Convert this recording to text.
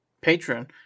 Patron